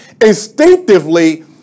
instinctively